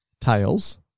tails